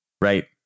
Right